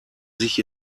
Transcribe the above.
sich